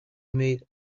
meet